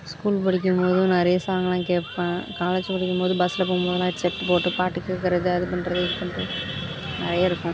school படிக்கும்போதும் நிறைய சாங்லாம் கேட்பேன் காலேஜ் படிக்கும்போதும் பஸ்ஸில் போகும்போதுலாம் ஹெட்செட் போட்டு பாட்டு கேட்கறது அது பண்ணுறது இது பண்ணுறது நிறைய இருக்கும்